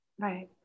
Right